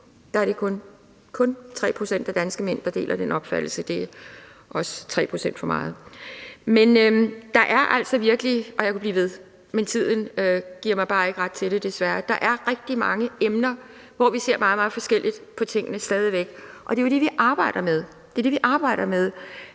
Der er det kun – kun – 3 pct. af danske mænd, der deler den opfattelse. Det er også 3 pct. for mange. Der er altså virkelig – og jeg kunne blive ved, men tiden giver mig bare ikke lov til det, desværre – rigtig mange emner, hvor vi ser meget, meget forskelligt på tingene, stadig væk, og det er jo det, vi arbejder med. Det, vi arbejder med,